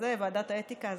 ועדת האתיקה,